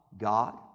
God